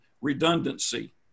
redundancy